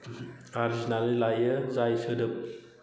आरजिनानै लायो जाय सोदोब